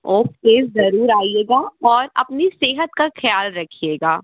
okay ज़रूर आइएगा और अपनी सेहत का ख्याल रखिएगा